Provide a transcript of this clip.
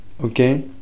Okay